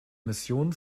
missionen